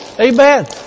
Amen